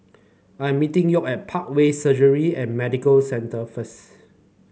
I'm meeting York at Parkway Surgery and Medical Centre first